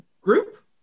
group